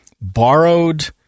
borrowed